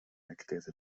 erklärte